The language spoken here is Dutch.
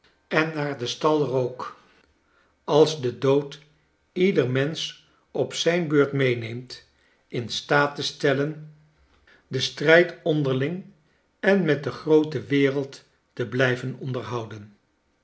en naar den stal rook als de dood ieder mensch op zijn beurt meeneemt in staat te stellen den strrjd onderling en met de groote w ereld te blijven onderhouden